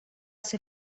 ser